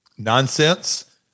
nonsense